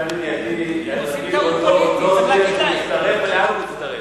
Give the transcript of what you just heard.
בינתיים יאיר לפיד עוד לא הודיע שהוא מצטרף ולאן הוא מצטרף.